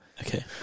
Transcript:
Okay